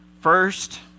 First